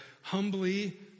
humbly